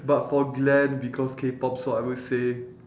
but for glen because K-pop so I would say